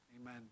Amen